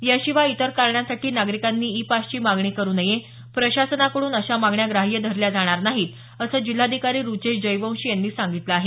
याशिवाय इतर कारणांसाठी नागरिकांनी ई पासची मागणी करु नये प्रशासनाकडून अशा मागण्या ग्राह्य धरल्या जाणार नाहीत असं जिल्हाधिकारी रुचेश जयवंशी यांनी सांगितलं आहे